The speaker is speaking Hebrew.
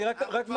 אני רק מדגיש,